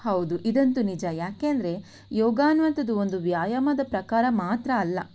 ಹೌದು ಇದಂತು ನಿಜ ಯಾಕೆ ಅಂದರೆ ಯೋಗ ಅನ್ನುವಂಥದ್ದು ಒಂದು ವ್ಯಾಯಾಮದ ಪ್ರಕಾರ ಮಾತ್ರ ಅಲ್ಲ